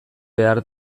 behar